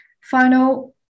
final